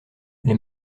les